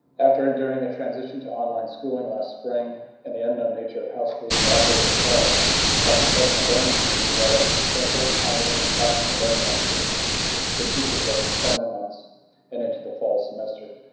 after and during the transition to online schooling last spring and the unknown nature of how schools would operate in the fall are professional learning team developed essential, timely, and practical learning opportunities for teachers over the summer months and into the fall semester?